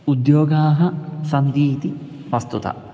उद्योगाः सन्ति इति वस्तुतः